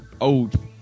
old